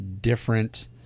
different